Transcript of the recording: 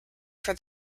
for